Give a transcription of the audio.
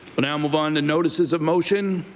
but now move on and notices of motion.